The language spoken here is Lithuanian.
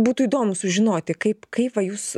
būtų įdomu sužinoti kaip kaip va jūs